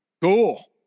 Cool